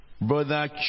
brother